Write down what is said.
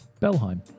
Belheim